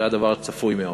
זה הדבר הצפוי מאוד.